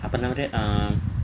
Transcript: apa nama dia um